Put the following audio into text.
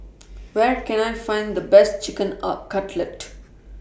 Where Can I Find The Best Chicken out Cutlet